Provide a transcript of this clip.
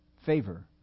Favor